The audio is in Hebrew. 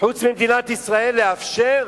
חוץ ממדינת ישראל, לאפשר